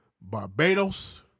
Barbados